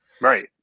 Right